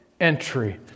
entry